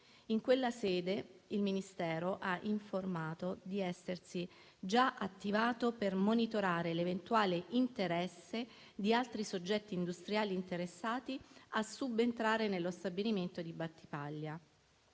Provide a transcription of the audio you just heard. In quella sede, il Ministero ha informato di essersi già attivato per monitorare l'eventuale interesse di altri soggetti industriali a subentrare nello stabilimento di Battipaglia.